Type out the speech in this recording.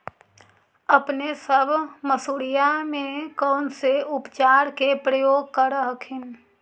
अपने सब मसुरिया मे कौन से उपचार के प्रयोग कर हखिन?